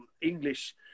english